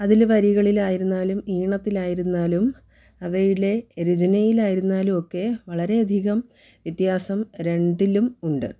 അതിൽ വരികളിലായിരുന്നാലും ഈണത്തിലായിരുന്നാലും അവയിലെ രചനയിലായിരുന്നാലും ഒക്കെ വളരെ അധികം വ്യത്യാസം രണ്ടിലും ഉണ്ട്